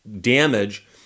damage